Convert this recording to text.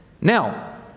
Now